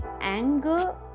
anger